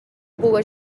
puga